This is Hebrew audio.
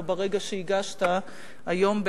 או ברגע שהגשת היום,